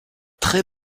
très